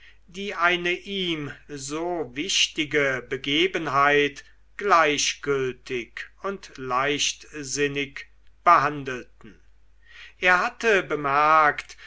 die eine ihm so wichtige begebenheit gleichgültig und leichtsinnig behandelten er hatte bemerkt